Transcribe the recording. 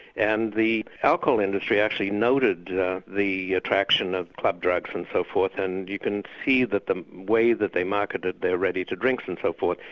and the alcohol industry actually noted the attraction of club drugs and so forth, and you can see that the way that they marketed their ready-to-drinks and so forth,